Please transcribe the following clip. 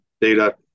data